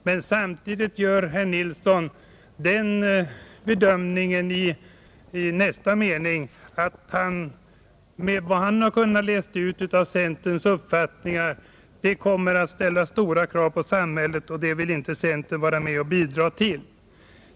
Men samtidigt gör herr Nilsson den bedömningen i nästa mening att såvitt han har kunnat läsa ut i fråga om centerns uppfattning, kommer det att ställas stora krav på samhället, och det vill inte centern vara med och bidra till.